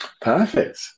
Perfect